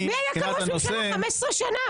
--- מי היה כאן ראש ממשלה במשך 15 שנים?